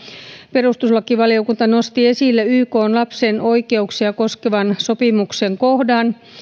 perustuslakivaliokunta nosti esille ykn lapsen oikeuksia koskevan sopimuksen kohdan